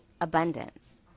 abundance